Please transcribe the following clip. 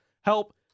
help